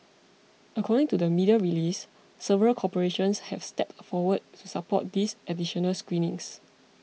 according to the media release several corporations have stepped forward to support these additional screenings